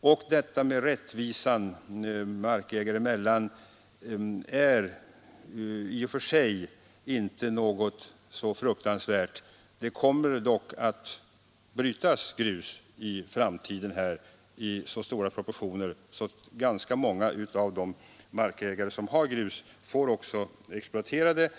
gått. Vi anser inte att frågan om rättvisan markägare emellan är så fruktansvärt betydelsefull. Det kommer dock i framtiden att brytas grus i så stor omfattning att en stor del av dem som har grus också får exploatera det.